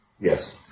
Yes